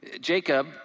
Jacob